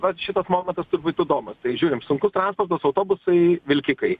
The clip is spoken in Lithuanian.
vat šitas momentas turbūt įdomus tai žiūrim sunkus transportas autobusai vilkikai